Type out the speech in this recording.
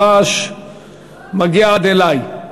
הרעש מגיע עד אלי.